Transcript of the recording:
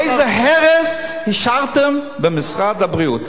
איזה הרס השארתם במשרד הבריאות.